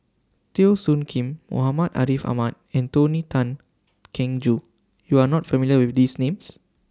Teo Soon Kim Muhammad Ariff Ahmad and Tony Tan Keng Joo YOU Are not familiar with These Names